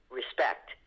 respect